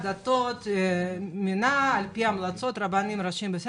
הדתות מינה אותו על פי המלצות הרבנים הראשיים,